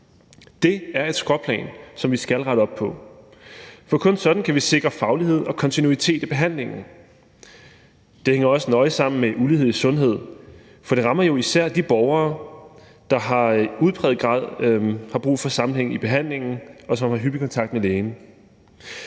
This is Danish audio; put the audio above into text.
Det er et skråplan, som vi skal rette op på, for kun sådan kan vi sikre faglighed og kontinuitet i behandlingen. Det hænger også nøje sammen med ulighed i sundhed, for det rammer jo især de borgere, der i udpræget grad har brug for sammenhæng i behandlingen, og som har hyppig kontakt med lægen.